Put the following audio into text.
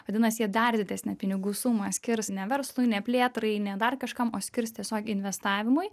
vadinasi jie dar didesnę pinigų sumą skirs ne verslui ne plėtrai ne dar kažkam o skirs tiesiogiai investavimui